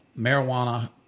marijuana